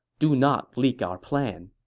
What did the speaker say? do not leak our plan.